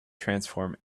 transform